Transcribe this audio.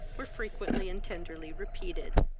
were frequently and tenderly repeated.